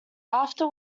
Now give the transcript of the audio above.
after